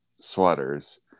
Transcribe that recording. sweaters